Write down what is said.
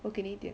我给你一点